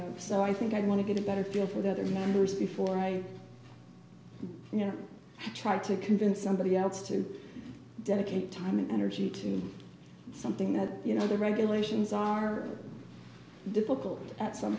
of so i think i want to get a better feel for the other members before i you know try to convince somebody else to dedicate time and energy to something that you know the regulations are difficult at some